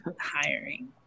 hiring